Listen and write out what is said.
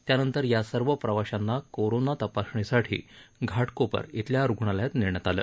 त्यानंतर या सर्व प्रवाशांना कोरोना तपासणीसाठी घाटकोपर इथल्या रुग्णालयात नेण्यात आलं